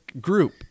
group